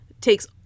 takes